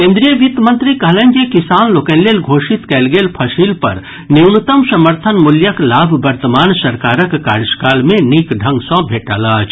केन्द्रीय वित्त मंत्री कहलनि जे किसान लोकनि लेल घोषित कयल गेल फसिल पर न्यूनतम समर्थन मूल्यक लाभ वर्तमान सरकारक कार्यकाल मे नीक ढंग सॅ भेटल अछि